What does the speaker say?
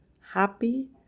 happy